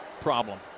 problem